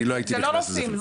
זה לא רופאים.